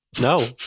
no